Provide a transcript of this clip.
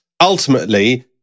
Ultimately